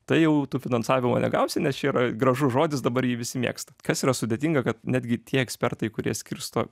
tai jau tu finansavimo negausi nes čia yra gražus žodis dabar jį visi mėgsta kas yra sudėtinga kad netgi tie ekspertai kurie skirsto